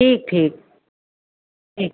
ठीक ठीक ठीक